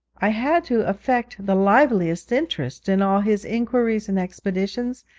i had to affect the liveliest interest in all his inquiries and expeditions,